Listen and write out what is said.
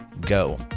go